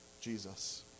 Jesus